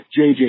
jj